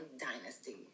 Dynasty